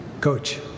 Coach